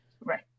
Right